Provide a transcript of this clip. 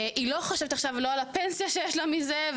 היא לא חושבת עכשיו על הפנסיה שיש לה מזה,